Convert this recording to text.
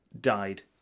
died